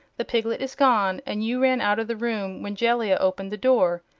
the piglet is gone, and you ran out of the room when jellia opened the door.